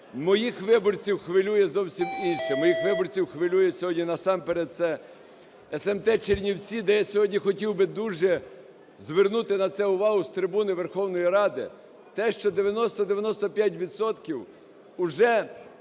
моїх виборців хвилює зовсім інше, моїх виборців хвилює сьогодні насамперед це смт Чернівці, де я сьогодні хотів би дуже звернути на це увагу з трибуни Верховної Ради. Те, що 90-95